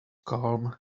calm